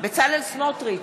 בצלאל סמוטריץ,